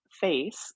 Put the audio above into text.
face